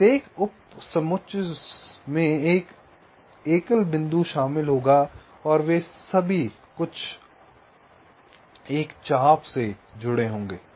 प्रत्येक उपसमुच्चय में एक एकल बिंदु शामिल होगा और वे सभी कुछ चाप से जुड़े होंगे